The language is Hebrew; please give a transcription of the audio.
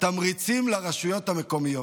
תמריצים לרשויות המקומיות: